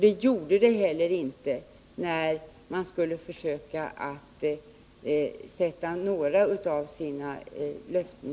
Det gjorde det heller inte när man skulle försöka uppfylla några av sina löften.